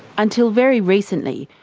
until very recently,